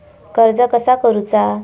कर्ज कसा करूचा?